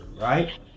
right